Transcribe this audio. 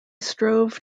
strove